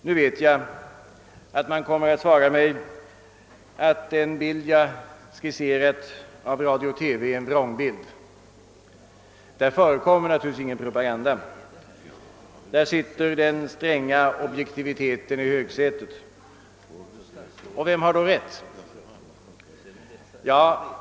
Jag vet att man kommer att svara mig att den bild jag skisserat av radio och TV är en vrångbild. Där förekommer naturligtvis ingen propaganda, där sitter den stränga objektiviteten i högsätet. Vem har då rätt?